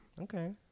Okay